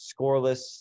scoreless